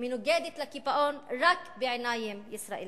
מנוגדת לקיפאון רק בעיניים ישראליות,